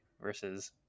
versus